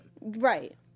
Right